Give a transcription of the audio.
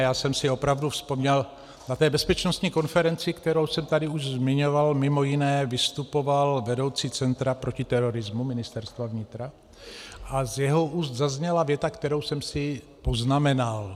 Já jsem si opravdu vzpomněl, na té bezpečnostní konferenci, kterou jsem tady už zmiňoval, mimo jiné vystupoval vedoucí Centra proti terorismu Ministerstva vnitra a z jeho úst zazněla věta, kterou jsem si poznamenal.